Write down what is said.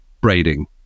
braiding